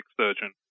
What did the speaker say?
surgeon